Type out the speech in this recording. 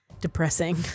depressing